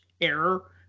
error